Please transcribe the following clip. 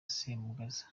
semugaza